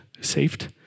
saved